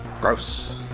Gross